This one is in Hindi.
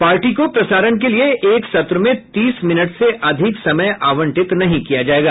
पार्टी को प्रसारण के लिए एक सत्र में तीस मिनट से अधिक समय आवंटित नहीं किया जायेगा